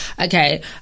okay